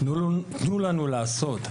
תנו לנו לעשות.